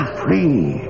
free